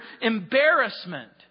embarrassment